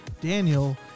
Daniel